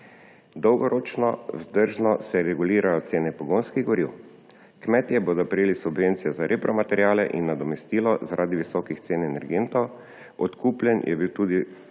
Dolgoročno vzdržno se regulirajo cene pogonskih goriv. Kmetje bodo prejeli subvencije za repromateriale in nadomestilo zaradi visokih cen energentov, odkupljen je bil tudi